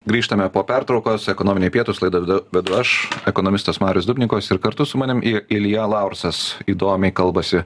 grįžtame po pertraukos ekonominiai pietūs laidą vedu vedu aš ekonomistas marius dubnikovas ir kartu su manim i ilja laursas įdomiai kalbasi